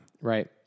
Right